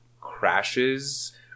crashes